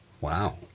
Wow